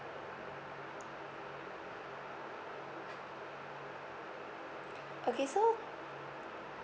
okay so